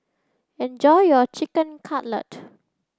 enjoy your Chicken Cutlet